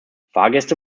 fahrgäste